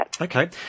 Okay